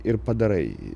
ir padarai